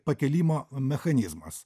pakėlimo mechanizmas